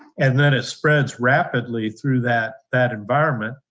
and then it spreads rapidly through that that environment.